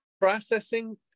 processing